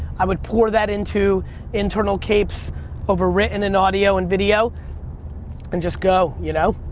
i would pour that into internal capes overwritten in audio and video and just go, you know?